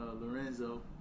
Lorenzo